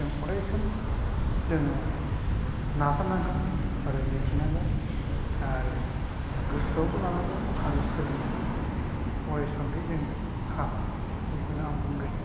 जों अरायसम जोङो नाजानांगोन आरो मिथिनांगोन आरो गोसोआवबो लानांगोन आरो सोलोंलांनांगोन अरायसम बे जोंनि हाबा बेखौनो आं बुंगोन